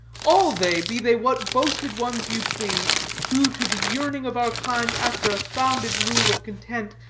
all they, be they what boasted ones you please, who, to the yearning of our kind after a founded rule of content,